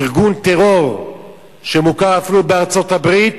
ארגון טרור שמוקע אפילו בארצות-הברית,